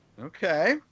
Okay